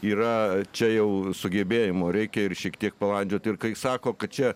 yra čia jau sugebėjimo reikia ir šiek tiek palandžiot ir kai sako kad čia